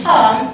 Tom